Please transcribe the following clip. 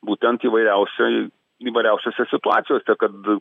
būtent įvairiausiai įvairiausiose situacijose kad